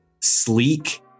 sleek